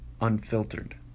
unfiltered